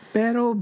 pero